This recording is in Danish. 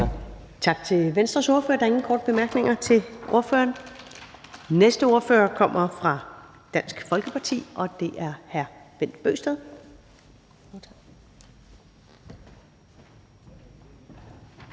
Tak til Venstres ordfører. Der er ingen korte bemærkninger til ordføreren. Den næste ordfører kommer fra Dansk Folkeparti, og det er hr. Bent Bøgsted.